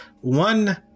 One